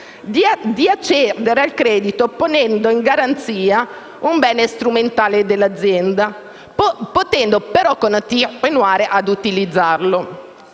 accedere al credito, ponendo a garanzia un bene strumentale dell'azienda, potendo però continuare ad utilizzarlo.